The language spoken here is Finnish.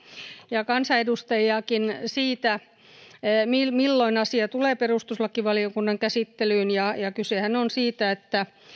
ja kansanedustajiakin siitä milloin asia tulee perustuslakivaliokunnan käsittelyyn kysehän on siitä että